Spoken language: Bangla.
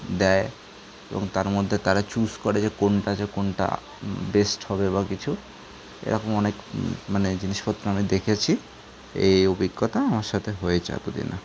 দেয় এবং তার মধ্যে তারা চুজ করে যে কোনটা যে কোনটা বেস্ট হবে বা কিছু এরকম অনেক মানে জিনিসপত্র আমি দেখেছি এই অভিজ্ঞতা আমার সাথে হয়েছে এতদিনে